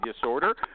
disorder